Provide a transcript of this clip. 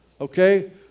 Okay